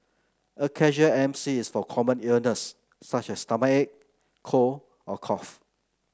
a casual M C is for common illness such as stomachache cold or cough